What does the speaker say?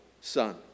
son